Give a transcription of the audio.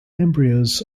embryos